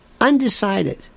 undecided